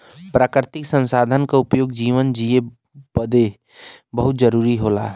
प्राकृतिक संसाधन क उपयोग जीवन जिए बदे बहुत जरुरी होला